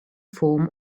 form